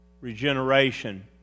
regeneration